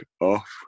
off